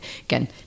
again